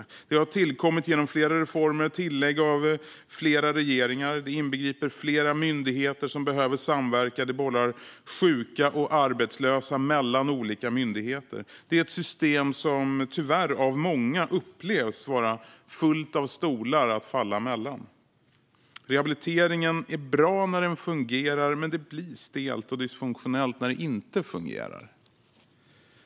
Systemet har tillkommit genom flera reformer med tillägg av flera regeringar, och det inbegriper flera myndigheter som behöver samverka. Systemet bollar sjuka och arbetslösa mellan olika myndigheter. Det är ett system som, tyvärr, av många upplevs vara fullt av stolar att falla mellan. Rehabiliteringen är bra när den fungerar, men det blir stelt och dysfunktionellt när den inte fungerar.